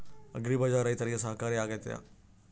Agri ಬಜಾರ್ ರೈತರಿಗೆ ಸಹಕಾರಿ ಆಗ್ತೈತಾ?